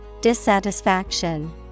Dissatisfaction